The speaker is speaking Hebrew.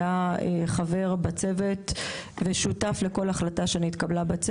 היה חבר בצוות ושותף לכל החלטה שנתקבלה בו.